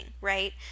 right